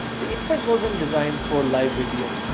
the internet wasn't designed for live video,